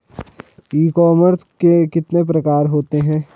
ई commerce के कितने प्रकार होते हैं?